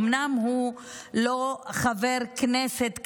אומנם הוא לא חבר כנסת כיום,